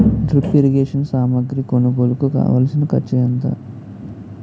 drip irrigation సామాగ్రి కొనుగోలుకు కావాల్సిన ఖర్చు ఎంత